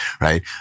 right